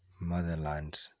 Motherland